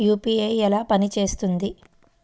UPI ఎలా పనిచేస్తుంది?